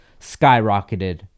skyrocketed